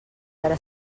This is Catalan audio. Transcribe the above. veure